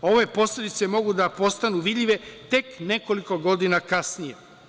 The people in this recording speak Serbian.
Ove posledice mogu da postanu vidljive tek nekoliko godina kasnije“